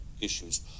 issues